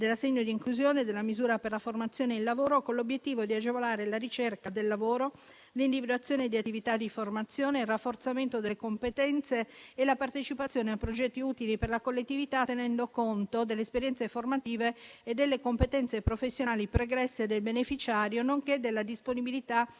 dell'assegno di inclusione e della misura per la formazione e il lavoro con l'obiettivo di agevolare la ricerca del lavoro, l'individuazione di attività di formazione, il rafforzamento delle competenze e la partecipazione a progetti utili per la collettività, tenendo conto delle esperienze formative e delle competenze professionali pregresse del beneficiario nonché della disponibilità di